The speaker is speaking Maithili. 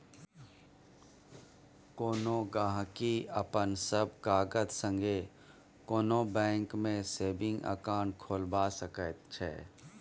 कोनो गहिंकी अपन सब कागत संगे कोनो बैंक मे सेबिंग अकाउंट खोलबा सकै छै